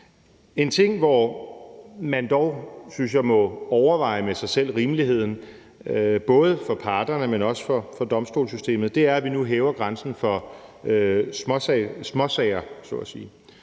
En ting, hvor man dog, synes jeg, med sig selv må overveje rimeligheden, både for parterne, men også for domstolssystemet, er, at vi nu hæver grænsen for småsager